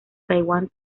taiwan